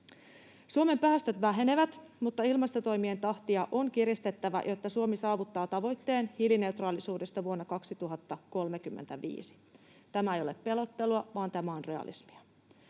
Suomen päästöt vähenevät, mutta ilmastotoimien tahtia on kiristettävä, jotta Suomi saavuttaa tavoitteen hiilineutraalisuudesta vuonna 2035. Tämä ei ole pelottelua, vaan tämä on realismia.